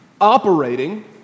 operating